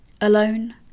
Alone